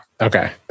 Okay